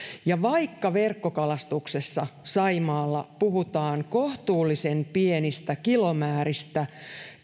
vaikka verkkokalastuksessa saimaalla puhutaan kohtuullisen pienistä kilomääristä